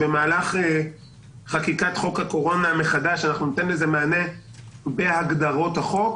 שבמהלך חקיקת חוק הקורונה מחדש ניתן לזה מענה בהגדרות החוק.